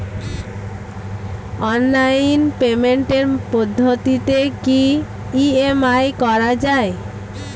Online পেমেন্টের পদ্ধতিতে কি ই.এম.আই করা যায়?